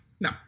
no